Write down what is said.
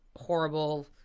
horrible